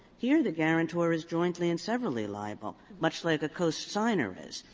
here the guarantor is jointly and severally liable, much like a cosigner is.